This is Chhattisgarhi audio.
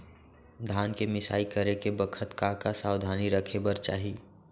धान के मिसाई करे के बखत का का सावधानी रखें बर चाही?